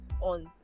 on